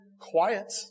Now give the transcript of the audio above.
quiet